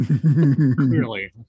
Clearly